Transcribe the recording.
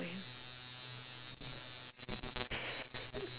~r him